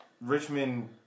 Richmond